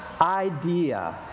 idea